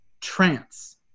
trance